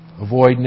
Avoid